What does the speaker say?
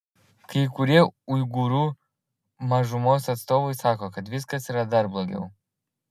kai kurie uigūrų mažumos atstovai sako kad viskas yra dar blogiau